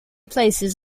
places